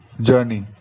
journey